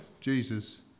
Jesus